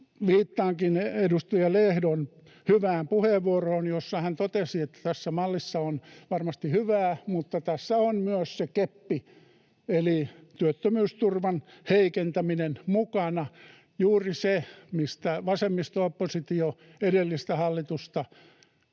Viittaankin edustaja Lehdon hyvään puheenvuoroon, jossa hän totesi, että tässä mallissa on varmasti hyvää mutta tässä on myös se keppi eli työttömyysturvan heikentäminen mukana — juuri se, mistä vasemmisto-oppositio edellistä hallitusta erittäin